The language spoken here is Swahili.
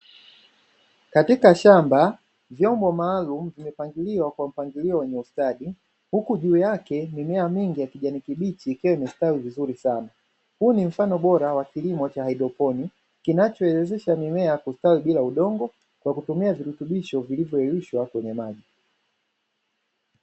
Katika shamba, vyombo maalumu vimepangiliwa kwa mpangilio wenye ustadi, huku juu yake mimea mingi ya kijani ikiwa imestawi vizuri sana. Huu ni mfano bora wa kilimo cha haidroponi, kinachowezesha mimea kustawi bila udongo kwa kutumia virutubisho vilivyoyeyushwa kwenye maji.